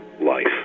life